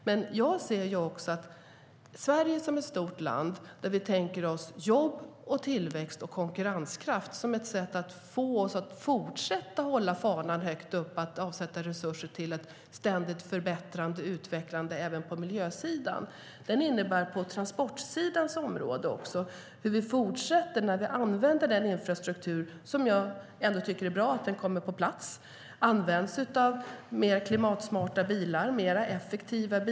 Men jag ser också att Sverige är ett stort land där vi tänker oss jobb, tillväxt och konkurrenskraft som ett sätt att få oss att fortsätta hålla fanan högt. Det handlar om att avsätta resurser till ett ständigt förbättrande och utvecklande även på miljösidan. På transportsidans område handlar det om hur vi fortsätter när vi använder den infrastruktur som jag tycker är bra att den kommer på plats. Det handlar om hur den används av mer klimatsmarta bilar och mer effektiva bilar.